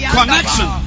Connection